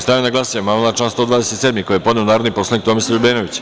Stavljam na glasanje amandman na član 127. koji je podneo narodni poslanik Tomislav Ljubenović.